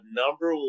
number